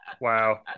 Wow